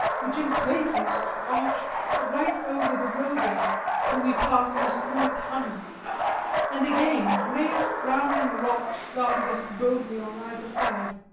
which in places arched right over the roadway till we passed as through a tunnel and again great frowning rocks guarded us boldly on either side.